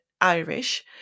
Irish